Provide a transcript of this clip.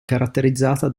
caratterizzata